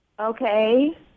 Okay